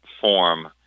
form